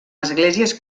esglésies